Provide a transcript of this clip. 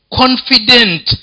confident